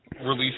release